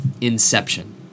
Inception